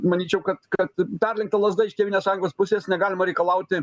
manyčiau kad kad perlenkta lazda iš tėvynės sąjungos pusės negalima reikalauti